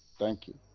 thank you.